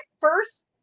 first